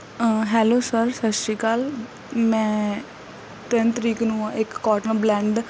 hello sir ਸਤਿ ਸ਼੍ਰੀ ਅਕਾਲ ਮੈਂ ਤਿੰਨ ਤਰੀਕ ਨੂੰ ਇੱਕ ਕੋਟਨ ਬਲੈਂਡ